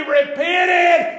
repented